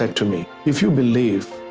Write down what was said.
ah to me, if you believe